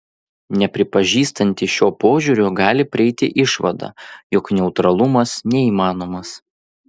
nepripažįstantys šio požiūrio gali prieiti išvadą jog neutralumas neįmanomas